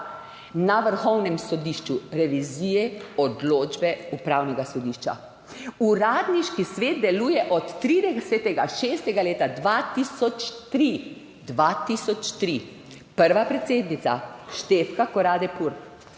Na Vrhovnem sodišču, revizije odločbe upravnega sodišča. Uradniški svet deluje od 30. 6. 2003 - 2003, prva predsednica Štefka Koradepur